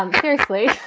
um carefully.